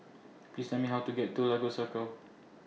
Please Tell Me How to get to Lagos Circle